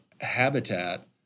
habitat